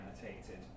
annotated